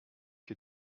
que